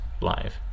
live